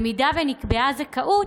אם נקבעה זכאות,